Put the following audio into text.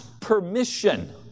permission